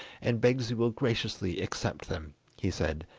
and begs you will graciously accept them he said,